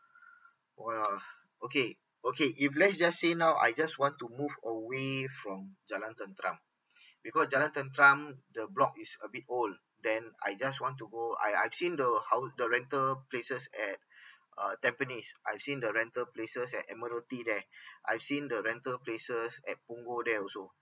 !whoa! okay okay if let's just say now I just want to move away from jalan tenteram because jalan tenteram the block is a bit old then I just want to go I I've seen the hou~ the rental places at uh tampines I've seen the rental places at there I've seen the rental places at punggol there also